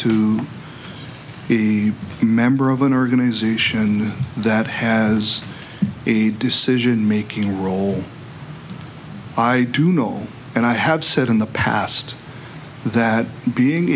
the member of an organisation that has a decision making role i do know and i have said in the past that being